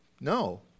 no